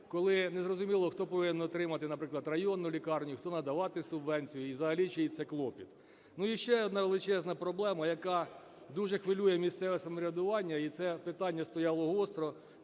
коли не зрозуміло, хто повинен утримувати, наприклад, районну лікарню, хто надавати субвенцію і взагалі чий це клопіт. Ну і ще одна величезна проблема, яка дуже хвилює місцеве самоврядування, і це питання стояло гостро